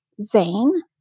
Zane